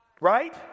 Right